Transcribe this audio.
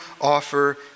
offer